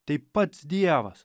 tai pats dievas